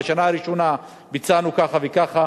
בשנה הראשונה ביצענו כך וכך,